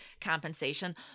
compensation